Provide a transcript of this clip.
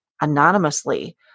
anonymously